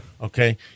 Okay